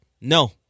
no